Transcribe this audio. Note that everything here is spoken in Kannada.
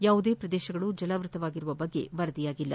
ಯಾವುದೇ ಪ್ರದೇಶಗಳು ಜಾಲಾವೃತವಾಗಿರುವ ಬಗ್ಗೆ ವರದಿಯಾಗಿಲ್ಲ